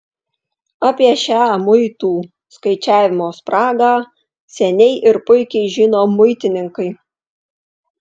apie šią muitų skaičiavimo spragą seniai ir puikiai žino muitininkai